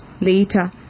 later